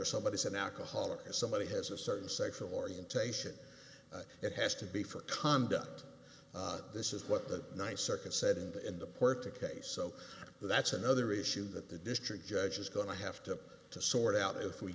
or somebody is an alcoholic and somebody has a certain sexual orientation it has to be for conduct this is what the ninth circuit said in the in the port the case so that's another issue that the district judge is going to have to to sort out if we